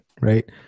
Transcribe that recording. Right